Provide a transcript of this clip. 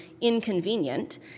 inconvenient